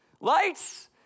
Lights